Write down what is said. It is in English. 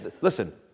Listen